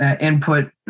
input